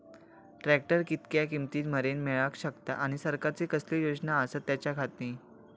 Tractor कितक्या किमती मरेन मेळाक शकता आनी सरकारचे कसले योजना आसत त्याच्याखाती?